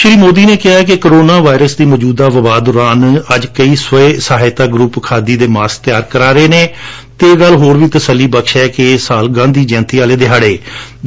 ਸ੍ਰੀ ਮੋਦੀ ਨੇ ਕਿਹਾ ਕਿ ਕੋਰੋਨਾ ਵਾਇਰਸ ਦੀ ਮੌਜੂਦਾ ਵਬਾਅ ਦੌਰਾਨ ਅੱਜ ਕਈ ਸਵੈ ਸਹਾਇਤਾ ਗਰੁੱਪ ਖਾਦੀ ਦੇ ਮਾਸਕ ਤਿਆਰ ਕਰਵਾ ਰਹੇ ਨੇ ਅਤੇ ਇਹ ਗੱਲ ਹੋਰ ਵੀ ਤਸੱਲੀ ਵਾਲੀ ਹੈ ਕਿ ਇਸ ਸਾਲ ਗਾਂਧੀ ਜੈਅੰਤੀ ਵਾਲੇ ਦਿਹਾੜੇ